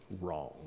wrong